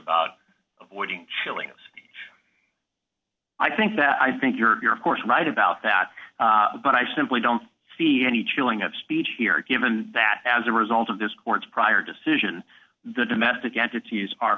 about avoiding chilliness i think that i think you're you're of course right about that but i simply don't see any chilling of speech here given that as a result of this court's prior decision the domestic entities are